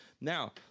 Now